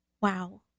Wow